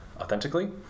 authentically